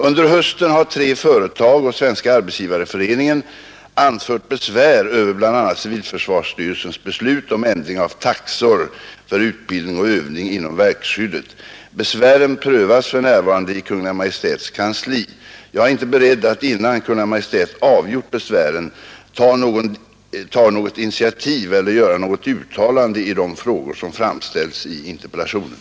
Under hösten har tre företag och Svenska arbetsgivareföreningen anfört besvär över bl.a. civilförsvarsstyrelsens beslut om ändring av taxor för utbildning och övning inom verkskyddet. Besvären prövas för närvarande i Kungl. Maj:ts kansli. Jag är inte beredd att innan Kungl. Maj:t avgjort besvären ta något initiativ eller göra något uttalande i de frågor som framställts i interpellationen.